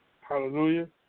Hallelujah